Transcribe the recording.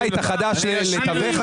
במקום ליצור בהלה, תתרכזו בדברים